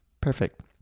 Perfect